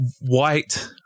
white